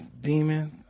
demons